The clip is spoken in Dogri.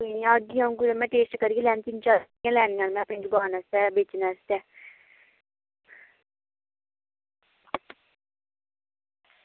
कोई निं आह्गी अं'ऊ कुतै में टेस्ट करियै लैङ में तिन चार लैनियां में अपनी दकान आस्तै बेचने आस्तै